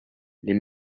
les